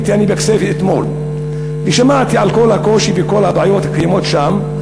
הייתי בכסייפה אתמול ושמעתי על כל הקושי ועל כל הבעיות הקיימות שם.